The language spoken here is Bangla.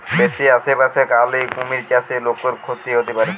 বেশি আশেপাশে আলে কুমির চাষে লোকর ক্ষতি হতে পারে